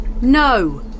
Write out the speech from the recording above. No